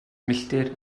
milltir